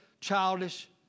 childish